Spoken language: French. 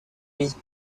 vies